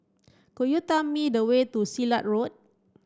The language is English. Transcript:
could you tell me the way to Silat Road